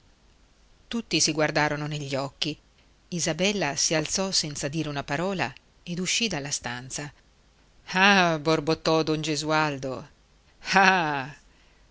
tutti si guardarono negli occhi isabella si alzò senza dire una parola ed uscì dalla stanza ah borbottò don gesualdo ah